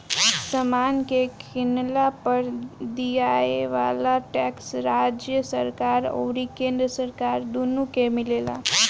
समान के किनला पर दियाये वाला टैक्स राज्य सरकार अउरी केंद्र सरकार दुनो के मिलेला